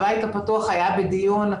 הבית הפתוח היה בדיון,